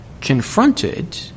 confronted